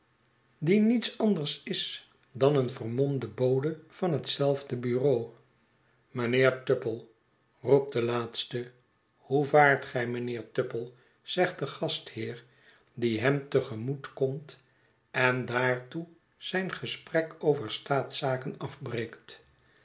die niets anders is dan een vermomde bode van hetzelfde bureau mtjnheer tupplef roept de laatste hoe vaart gij mijnheer tupple zegt de gastheer die hem te gemoetkomt en daartoe zijn gesprek over staatszaken afbreekt